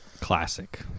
classic